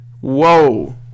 Whoa